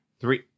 three